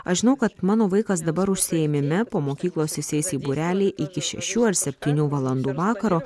aš žinau kad mano vaikas dabar užsiėmime po mokyklos jis eis į būrelį iki šešių ar septynių valandų vakaro